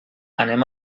anem